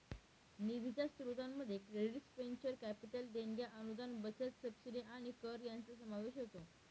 निधीच्या स्त्रोतांमध्ये credits venture capital देणग्या अनुदान बचत सबसिडी आणि कर यांचा समावेश होतो